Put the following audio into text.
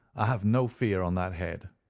i have no fear on that head.